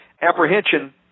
apprehension